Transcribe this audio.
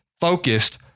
focused